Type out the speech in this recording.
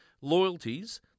loyalties